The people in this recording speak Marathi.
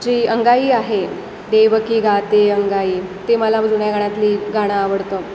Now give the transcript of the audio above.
जी अंगाई आहे देवकी गाते अंगाई ते मला जुन्या गाण्यातली गाणं आवडतं